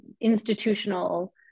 institutional